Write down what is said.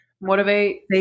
motivate